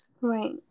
right